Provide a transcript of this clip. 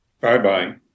Bye-bye